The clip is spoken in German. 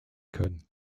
können